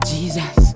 Jesus